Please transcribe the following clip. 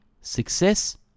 Success